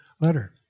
letter